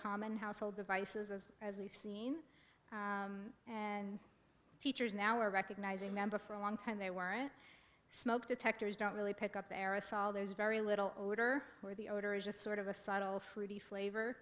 common household devices as we've seen and teachers now are recognizing member for a long time they weren't smoke detectors don't really pick up the aerosol there's very little order or the order is just sort of a subtle fruity flavor